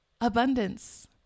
abundance